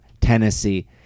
Tennessee